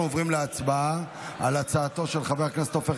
אנחנו עוברים להצבעה על הצעתו של חבר הכנסת עופר